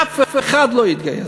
אף אחד לא יתגייס.